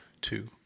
Two